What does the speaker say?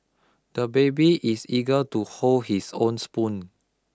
the baby is eager to hold his own spoon